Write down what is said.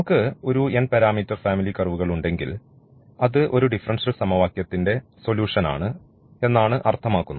നമുക്ക് ഒരു n parameter family കർവുകൾ ഉണ്ടെങ്കിൽ അത് ഒരു ഡിഫറൻഷ്യൽ സമവാക്യത്തിന്റെ സൊല്യൂഷൻ ആണ് എന്നാണ് അർത്ഥമാക്കുന്നത്